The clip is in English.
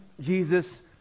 Jesus